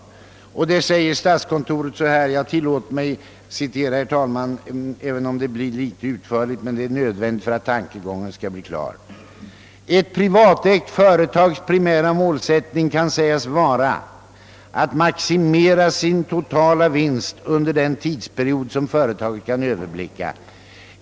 För att klargöra dessa viktiga tankegångar tillåter jag mig att ganska utförligt citera vad statskontoret skriver: »Ett privatägt företags primära målsättning kan sägas vara att maximera sin totala vinst under den tidsperiod som företaget kan överblicka.